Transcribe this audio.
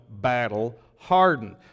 battle-hardened